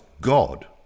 God